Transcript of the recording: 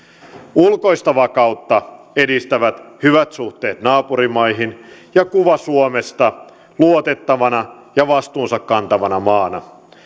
ulkoista vakautta edistävät hyvät suhteet naapurimaihin ja kuva suomesta luotettavana ja vastuunsa kantavana maana